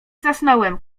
zasnąłem